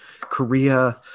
korea